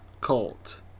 Cult